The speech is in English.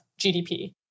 GDP